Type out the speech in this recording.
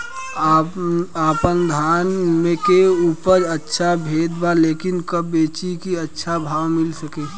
आपनधान के उपज अच्छा भेल बा लेकिन कब बेची कि अच्छा भाव मिल सके?